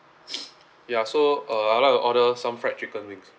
yeah so uh I like to order some fried chicken wings